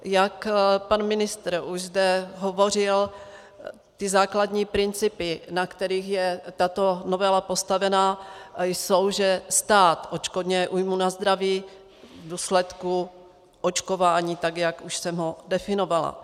Jak pan ministr už zde hovořil, ty základní principy, na kterých je tato novela postavená, jsou, že stát odškodňuje újmu na zdraví v důsledku očkování, tak jak už jsem ho definovala.